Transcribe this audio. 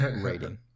rating